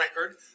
record